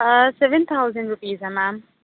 آ seven thousand rupees ہے میم